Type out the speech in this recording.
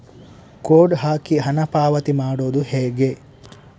Code ಹಾಕಿ ಹಣ ಪಾವತಿ ಮಾಡೋದು ಹೇಗೆ?